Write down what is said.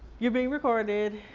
your being recorded.